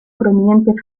prominente